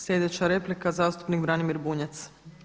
Slijedeća replika zastupnik Branimir Bunjac.